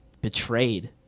betrayed